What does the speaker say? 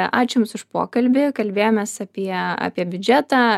ačiū jums už pokalbį kalbėjomės apie apie biudžetą